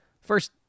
first